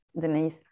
Denise